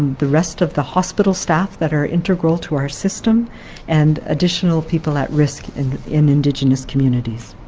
the rest of the hospital staff that are integral to our system and additional people at risk and in indigenous communities.